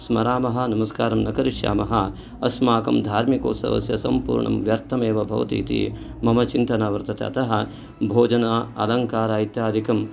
स्मरामः नमस्कारं न करिष्यामः अस्माकं धार्मिकोत्सवस्य सम्पूर्णं व्यर्थमेव भवति इति मम चिन्तना वर्तते अतः भोजनम् अलङ्कारम् इत्यादिकं